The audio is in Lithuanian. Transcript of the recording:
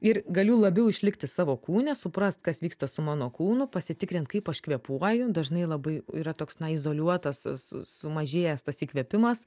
ir galiu labiau išlikti savo kūne suprast kas vyksta su mano kūnu pasitikrint kaip aš kvėpuoju dažnai labai yra toks na izoliuotas su su sumažėjęs tas įkvėpimas